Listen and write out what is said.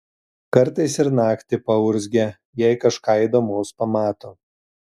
kartais ir naktį paurzgia jei kažką įdomaus pamato